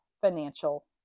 financial